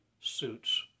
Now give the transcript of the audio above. suits